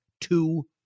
two